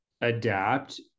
adapt